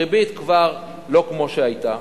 הריבית כבר לא כמו שהיתה.